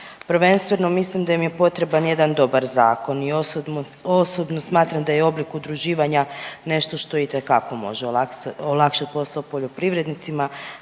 prvenstveno mislim da im je potreban jedan dobar zakon i osobno smatram da je oblik udruživanja nešto što itekako može olakšat posao poljoprivrednicima.